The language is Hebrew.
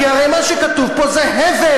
כי הרי מה שכתוב זה הבל,